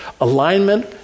Alignment